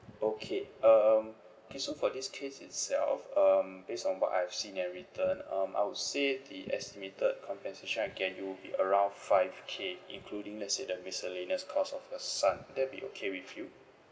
okay uh um K so for this case itself um based on what I've seen and written um I would say the estimated compensation I can do be around five K including let's say the miscellaneous cost of your son would that be okay with you